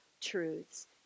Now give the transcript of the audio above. truths